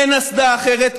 אין אסדה אחרת,